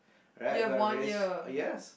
rat gonna race uh yes